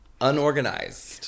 unorganized